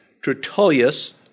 Tertullius